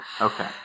Okay